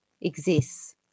exists